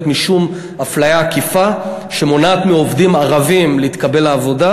משום אפליה עקיפה שמונעת מעובדים ערבים להתקבל לעבודה,